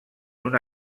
una